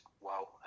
wow